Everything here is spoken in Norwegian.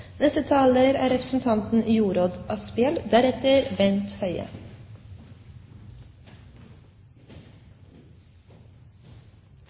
Neste taler er representanten